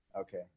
okay